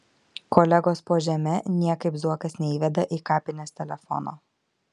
kolegos po žeme niekaip zuokas neįveda į kapines telefono